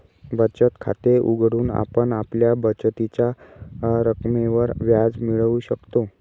बचत खाते उघडून आपण आपल्या बचतीच्या रकमेवर व्याज मिळवू शकतो